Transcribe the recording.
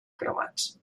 cremats